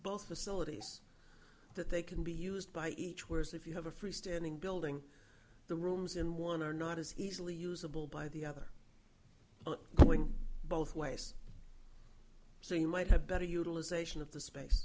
facilities that they can be used by each whereas if you have a freestanding building the rooms in one are not as easily usable by the other going both ways so you might have better utilization of the space